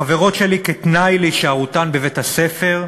חברות שלי, כתנאי להישארותן בבית-הספר,